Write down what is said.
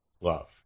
love